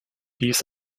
dies